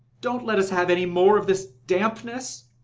don't let us have any more of this dampness!